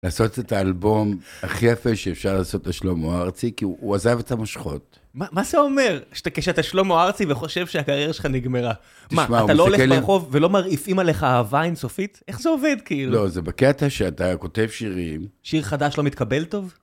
לעשות את האלבום הכי יפה שאפשר לעשות לשלמה ארצי, כי הוא עזב את המושכות. - מה זה אומר? כשאתה שלמה ארצי וחושב שהקריירה שלך נגמרה. מה, אתה לא הולך ברחוב ולא מרעיפים עליך אהבה אינסופית? איך זה עובד, כאילו? - לא, זה בקטע שאתה כותב שירים. - שיר חדש לא מתקבל טוב?